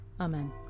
Amen